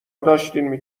داشتین